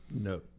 No